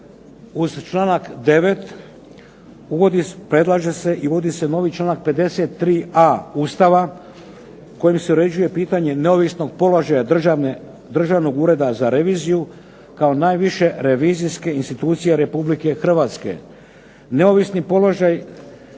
Uz članak 9. predlaže se i uvodi se novi članak 53.a Ustava kojim se uređuje pitanje neovisnog položaja Državnog ureda za reviziju kao najviše revizijske institucije Republike Hrvatske.